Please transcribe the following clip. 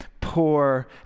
poor